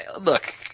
Look